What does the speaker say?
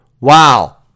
Wow